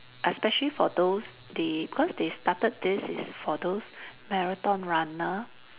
especially for those they because they started this is for those marathon runner